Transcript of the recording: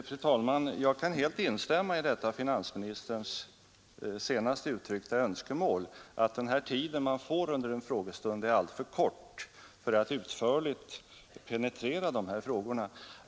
Fru talman! Jag kan helt instämma i finansministerns senast uttryckta önskemål. Den tid man får under en frågestund är alldeles för kort för att utförligt penetrera dessa frågor.